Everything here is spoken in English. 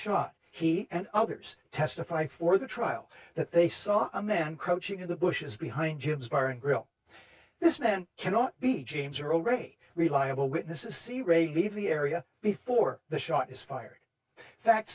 shot he and others testify for the trial that they saw a man coaching in the bushes behind jim's bar and grill this man cannot be james earl ray reliable witnesses see ray believe the area before the shot is fired fact